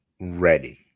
ready